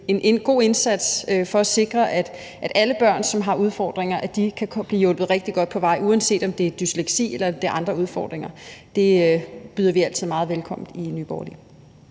en god indsats for at sikre, at alle børn, som har udfordringer, kan blive hjulpet rigtig godt på vej, uanset om det er dysleksi eller det er andre udfordringer, byder vi altid meget velkommen i Nye Borgerlige.